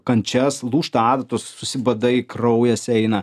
kančias lūžta adatos susibadai kraujas eina